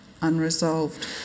unresolved